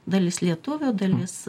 dalis lietuvių dalis